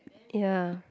ya